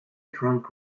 trunk